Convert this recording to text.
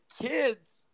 kids